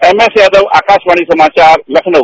M S Yadav Akashvani समाचार लखनऊ